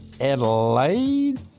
Adelaide